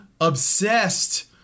obsessed